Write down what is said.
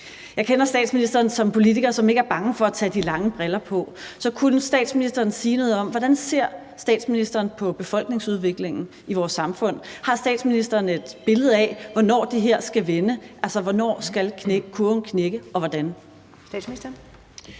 Jeg kender statsministeren som en politiker, der ikke er bange for at sætte det lange lys på .Så kunne statsministeren sige noget om, hvordan statsministeren ser på befolkningsudviklingen i vores samfund. Har statsministeren et billede af, hvornår det her skal vende, altså hvornår kurven skal knække og hvordan? Kl.